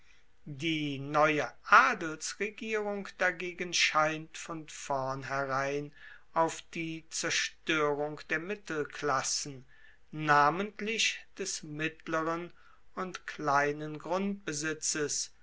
die neue adelsregierung dagegen scheint von vornherein auf die zerstoerung der mittelklassen namentlich des mittleren und kleinen grundbesitzes